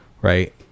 Right